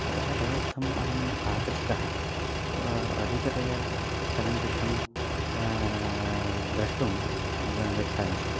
अतः तदर्थम् अहम् आकृष्टः अधिकतया चलनचित्रं द्रष्टुं ग गच्छामि स्म